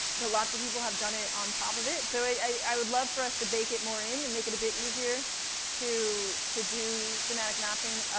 but lots of people have done it on top of it. so i would love for us to bake it more in, to and make it a bit easier to to do thematic mapping,